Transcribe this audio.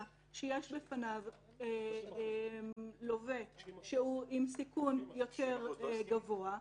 שיש בפניו לווה שהוא עם סיכון יותר גבוה,